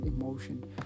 emotion